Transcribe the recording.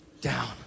down